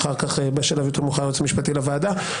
ובשלב יותר מאוחר מהיועץ המשפטי לוועדה.